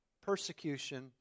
persecution